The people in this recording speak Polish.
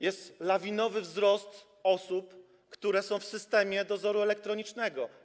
Jest lawinowy wzrost liczby osób, które są w systemie dozoru elektronicznego.